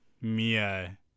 Mia